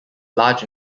large